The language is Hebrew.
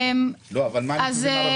אבל מה עם היישובים הערבים?